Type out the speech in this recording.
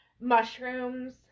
mushrooms